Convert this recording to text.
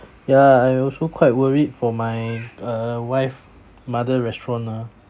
yeah I also quite worried for my uh wife mother restaurant ah